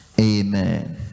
amen